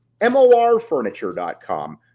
morfurniture.com